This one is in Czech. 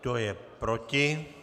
Kdo je proti?